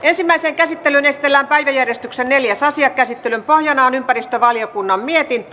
ensimmäiseen käsittelyyn esitellään päiväjärjestyksen neljäs asia käsittelyn pohjana on ympäristövaliokunnan